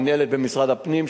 מינהלת במשרד הפנים,